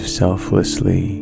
selflessly